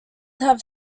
have